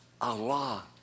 Allah